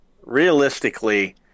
realistically